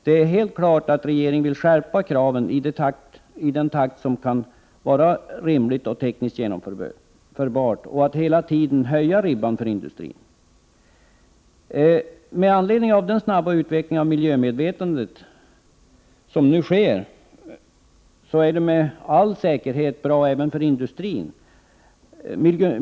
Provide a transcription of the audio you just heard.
Det är alldeles tydligt att regeringen vill skärpa kraven i den takt som är rimlig och tekniskt genomförbar liksom att man hela tiden vill höja ribban för industrin. Den snabba utveckling av miljömedvetandet som nu sker är med all säkerhet bra även för industrin.